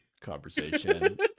conversation